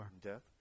death